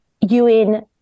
UN